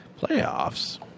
Playoffs